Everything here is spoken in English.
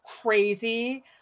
crazy